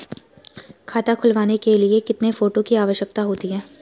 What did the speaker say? खाता खुलवाने के लिए कितने फोटो की आवश्यकता होती है?